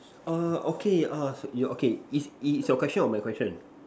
err okay err so you okay is is your question or my question